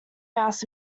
mouse